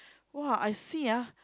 !wah! I see ah